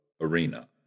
arena